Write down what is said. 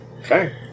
Okay